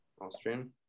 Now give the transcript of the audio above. Austrian